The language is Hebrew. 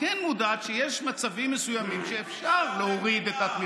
אני גם מגן על צה"ל היום, בכל ליבי.